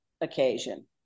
occasion